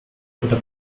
oder